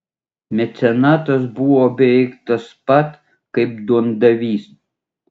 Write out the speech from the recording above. mecenatas buvo beveik tas pat kaip duondavys